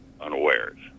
unawares